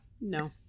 No